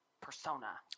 persona